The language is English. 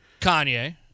Kanye